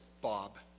Bob